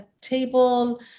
table